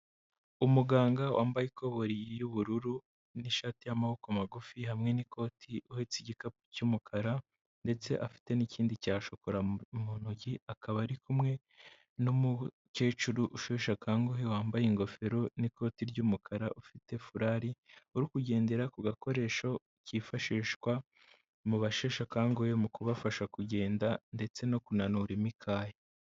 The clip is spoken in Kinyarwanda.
Umuganga wambaye ikoboyi y'ubururu n'ishati y'amaboko magufi hamwe n'ikoti, uhetse igikapu cy'umukara ndetse afite n'ikindi cya shokora mu ntoki, akaba ari kumwe n'umukecuru usheshe akanguhe, wambaye ingofero n'ikoti ry'umukara, ufite furari, uri kugendera ku gakoresho kifashishwa mu basheshe akanguhe mu kubafasha kugenda ndetse no kunanura imikaya.